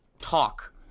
talk